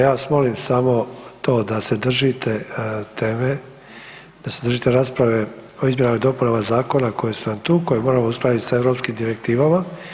Ja vas molim samo to da se držite teme, da se držite rasprave o izmjenama i dopunama zakona koji je sad tu, kojeg moramo uskladiti sa europskim direktivama.